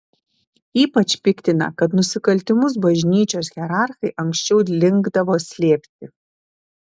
ypač piktina kad nusikaltimus bažnyčios hierarchai anksčiau linkdavo slėpti